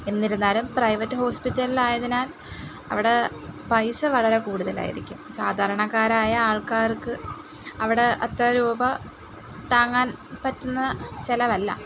എന്നിരുന്നാലും പ്രൈവറ്റ് ഹോസ്പിറ്റലിൽ ആയതിനാൽ അവിടെ പൈസ വളരെ കൂടുതൽ ആയിരിക്കും സാധരണക്കാരായ ആൾക്കാർക്ക് അവിടെ അത്ര രൂപ താങ്ങാൻ പറ്റുന്ന ചിലവല്ല